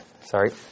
Sorry